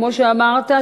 כמו שאמרת,